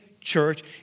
church